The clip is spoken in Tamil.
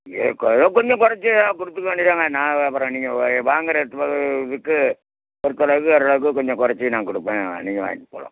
ஏதோ கொஞ்சம் கொறைச்சி கொடுத்துக்க வேண்டியது தான்ங்க நான் அப்பறம் நீங்கள் வாங்குற இடத்துல விற்க கொறைச்சளவுக்கு ஓரளவுக்கு கொஞ்சம் கொறைச்சி நான் கொடுப்பேன் நீங்கள் வாங்கிட்டு போகலாம்